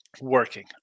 working